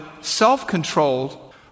self-controlled